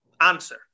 answer